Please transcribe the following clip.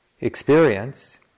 experience